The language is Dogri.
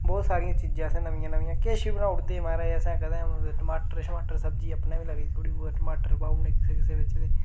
बोह्त सारियां चीजां असें नमियां नमियां केछ बी बनाई ओड़दे हे महाराज असैं कदें टमाटर शमाटर सब्जी अपने बी लग्गी दी थोह्ड़ी बोह्त टमाटर पाई ओड़ने एहदे बिच्च ते